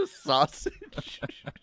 Sausage